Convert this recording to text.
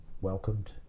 welcomed